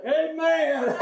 amen